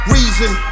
Reason